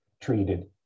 treated